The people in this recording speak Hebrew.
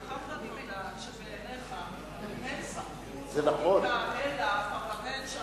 מאחר שאני יודעת שבעיניך אין סמכות חקיקה אלא לפרלמנט,